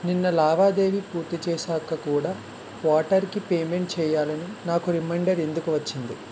నిన్న లావాదేవీ పూర్తి చేశాక కూడా వాటర్కి పేమెంట్ చేయాలని నాకు రిమైండర్ ఎందుకు వచ్చింది